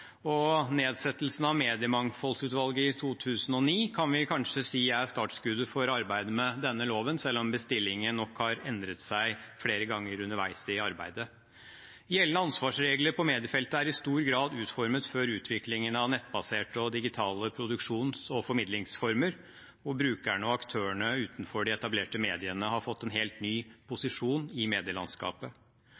Nedsettelsen av mediemangfoldsutvalget i 2009 kan vi kanskje si er startskuddet for arbeidet med denne loven, selv om bestillingen nok har endret seg flere ganger underveis i arbeidet. Gjeldende ansvarsregler på mediefeltet er i stor grad utformet før utviklingen av nettbaserte og digitale produksjons- og formidlingsformer, hvor brukerne og aktørene utenfor de etablerte mediene har fått en helt ny